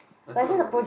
I talk about this